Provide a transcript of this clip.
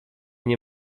nie